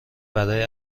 برای